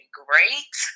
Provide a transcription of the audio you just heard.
great